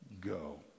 go